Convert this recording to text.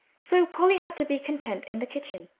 so polly had to be content in the kitchen.